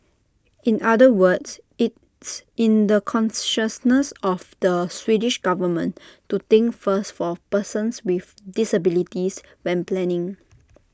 in other words it's in the consciousness of the Swedish government to think first for persons with disabilities when planning